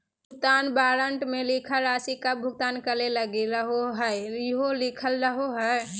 भुगतान वारन्ट मे लिखल राशि कब भुगतान करे लगी रहोहाई इहो लिखल रहो हय